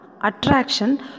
attraction